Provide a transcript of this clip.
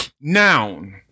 Noun